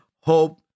hope